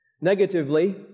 Negatively